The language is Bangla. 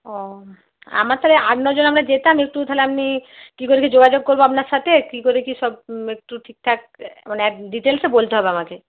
ওহ আমার তালে আট নজন আমরা যেতাম একটু তাহলে আপনি কী করে কী যোগাযোগ করবো আপনার সাথে কী করে কী সব একটু ঠিকঠাক মানে ডিটেলসে বলতে হবে আমাকে